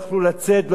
לא יכלו לעמוד,